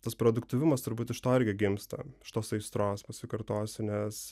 tas produktyvumas turbūt iš to irgi gimsta iš tos aistros pasikartosiu nes